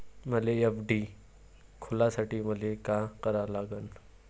मले एफ.डी खोलासाठी मले का करा लागन?